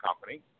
company